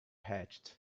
hatched